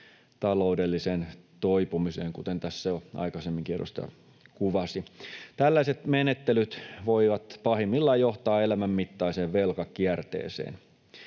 taloudelliseen toipumiseen, kuten tässä jo aikaisemminkin edustaja kuvasi. Tällaiset menettelyt voivat pahimmillaan johtaa elämänmittaiseen velkakierteeseen.